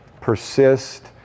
Persist